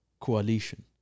coalition